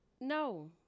no